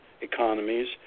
economies